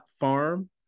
farm